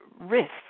risk